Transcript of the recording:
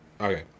Okay